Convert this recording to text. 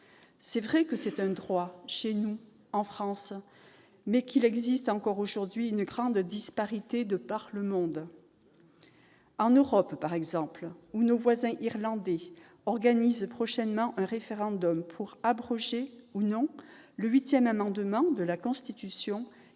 C'est vrai que c'est un droit, chez nous, en France. Mais il existe encore aujourd'hui, à cet égard, une grande disparité dans le monde. Ainsi, en Europe, nos voisins irlandais organisent prochainement un référendum pour abroger ou non le huitième amendement de la Constitution,